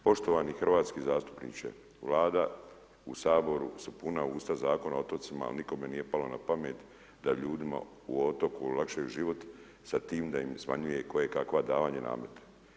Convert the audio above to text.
Poštovani hrvatski zastupniče, Vladi u Saboru su puna usta Zakona o otocima ali nikome nije palo na pamet da ljudima u otoku olakšaju život sa tim da im smanjuje kojekakva davanja i namete.